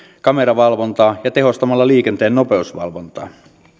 kameravalvontaa ja tehostamalla liikenteen nopeusvalvontaa